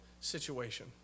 situation